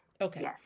Okay